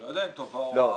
פיתוח.